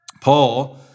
Paul